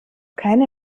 keine